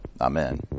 Amen